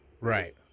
right